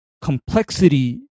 complexity